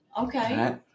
Okay